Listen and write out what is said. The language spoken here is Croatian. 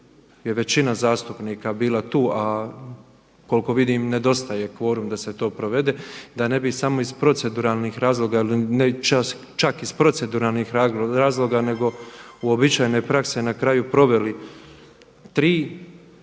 većina zastupnika bila tu a koliko vidim nedostaje kvorum da se to provede, da ne bi samo iz proceduralnih razloga, ne čak iz proceduralnih razloga nego uobičajene prakse na kraju proveli tri rasprave